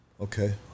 Okay